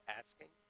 asking